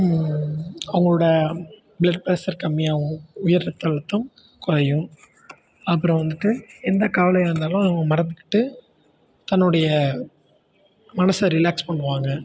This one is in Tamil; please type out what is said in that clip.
அவங்களோட பிளட் ப்ரஸ்ஸர் கம்மி ஆகும் உயர் இரத்த அழுத்தம் குறையும் அப்புறம் வந்துட்டு எந்த கவலை வந்தாலும் மறந்துகிட்டு தன்னுடைய மனசை ரிலேக்ஸ் பண்ணுவாங்க